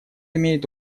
имеет